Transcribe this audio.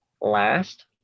last